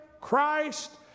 Christ